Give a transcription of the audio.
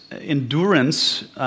endurance